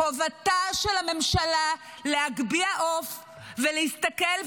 חובתה של הממשלה להגביה עוף ולהסתכל,